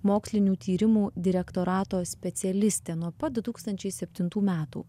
mokslinių tyrimų direktorato specialistė nuo pat du tūkstančiai septintų metų